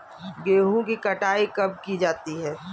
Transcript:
गेहूँ की कटाई कब की जाती है?